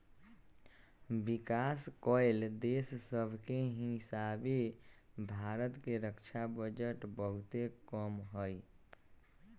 विकास कएल देश सभके हीसाबे भारत के रक्षा बजट बहुते कम हइ